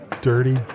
dirty